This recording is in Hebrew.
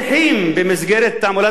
במסגרת תעמולת הבחירות,